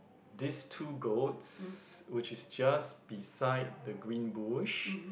this two goats which is just beside the green bush